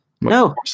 No